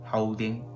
Holding